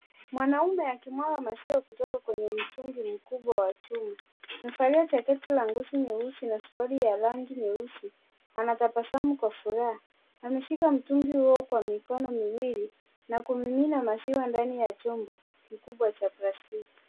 Mwanaume akimwaga maziwa kutoka kwenye mtungi mkubwa wa chuma. Amevalia jaketi ya ngozi nyeusi na suruali ya rangi nyeusi na anatabasamu kwa furaha. Ameshika mtungi huo kwa mikono miwili na kumimina maziwa ndani ya chombo kikubwa cha plastiki.